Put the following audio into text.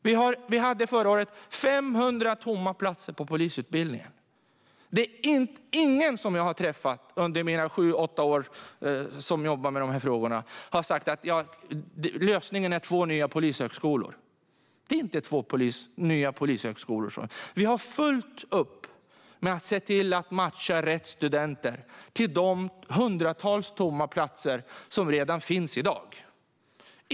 Vi hade förra året 500 tomma platser på polisutbildningen. Ingen som jag har träffat under de sju åtta år som jag har jobbat med de här frågorna har sagt att lösningen är två nya polishögskolor. Det handlar inte om nya polishögskolor. Vi har fullt upp med att se till att matcha rätt studenter till de hundratals tomma platser som finns redan i dag.